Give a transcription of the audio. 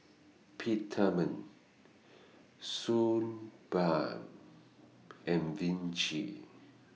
Peptamen Suu Balm and Vichy